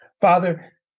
Father